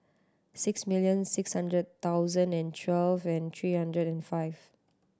six million six hundred thousand and twelve and three hundred and five